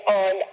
on